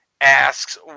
asks